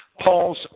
Paul's